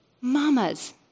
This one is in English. mamas